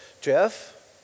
Jeff